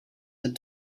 had